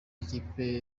y’ikipe